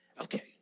Okay